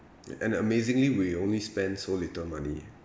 and amazingly we only spend so little money